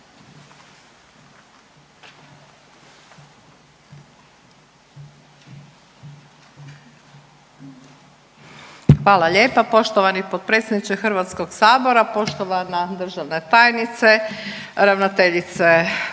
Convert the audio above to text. Hvala lijepo. Poštovani potpredsjedniče Hrvatskog sabora, poštovana državna tajnice, kolegice